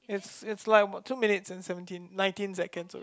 it's it's like about two minutes and seventeen nineteen seconds already